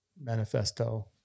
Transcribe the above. Manifesto